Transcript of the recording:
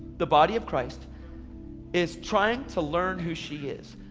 the body of christ is trying to learn who she is.